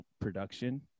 production